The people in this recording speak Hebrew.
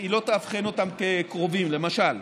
שהיא לא תאבחן אותם כקרובים, למשל.